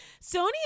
Sony